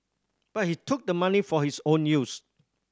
but he took the money for his own use